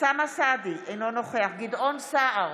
אוסאמה סעדי, אינו נוכח גדעון סער,